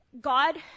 God